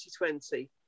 2020